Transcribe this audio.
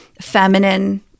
feminine